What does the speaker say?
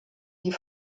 die